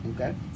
okay